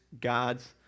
God's